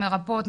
מרפאות,